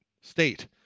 state